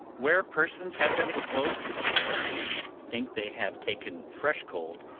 where persons have been exposed to the air, and think they have taken fresh cold,